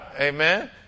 amen